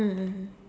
mm